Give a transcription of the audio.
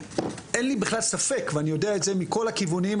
אין לי בכלל ספק ואני יודע את זה מכל הכיוונים,